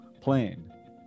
plane